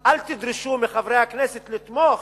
אל תדרשו מחברי הכנסת לתמוך,